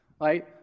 right